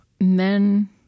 men